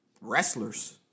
wrestlers